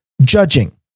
judging